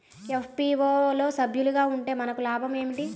FPO లో సభ్యులుగా ఉంటే మనకు లాభం ఏమిటి?